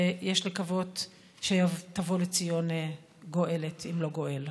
ויש לקוות שתבוא לציון גואלת, אם לא גואל.